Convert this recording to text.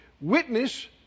Witness